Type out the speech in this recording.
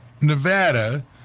Nevada